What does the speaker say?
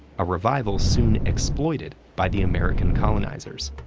a revival soon exploited by the american colonizers.